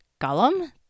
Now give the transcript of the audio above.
Gollum